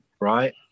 right